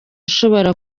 ushobora